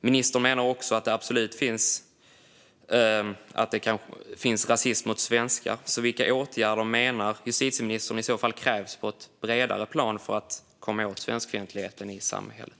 Ministern menar också att det finns rasism mot svenskar. Vilka åtgärder menar justitieministern krävs - på ett bredare plan - för att vi ska komma åt svenskfientligheten i samhället?